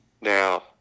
Now